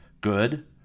Good